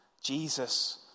Jesus